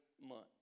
month